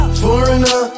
foreigner